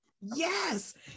Yes